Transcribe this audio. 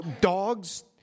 dogs